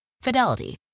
Fidelity